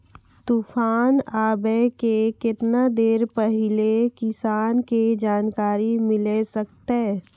तूफान आबय के केतना देर पहिले किसान के जानकारी मिले सकते?